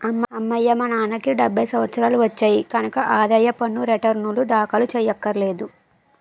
అమ్మయ్యా మా నాన్నకి డెబ్భై సంవత్సరాలు వచ్చాయి కనక ఆదాయ పన్ను రేటర్నులు దాఖలు చెయ్యక్కర్లేదు